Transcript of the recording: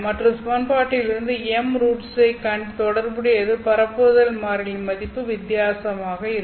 மற்றும் சமன்பாட்டின் இந்த m ரூட்ஸ்களை தொடர்புடைய பரப்புதல் மாறிலியின் மதிப்பும் வித்தியாசமாக இருக்கும்